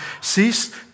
Cease